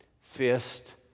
fist